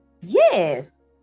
yes